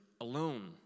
alone